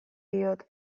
diot